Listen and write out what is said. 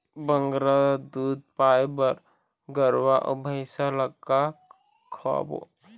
बगरा दूध पाए बर गरवा अऊ भैंसा ला का खवाबो?